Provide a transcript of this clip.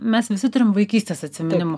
mes visi turim vaikystės atsiminimų